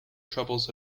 troubles